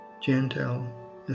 gentle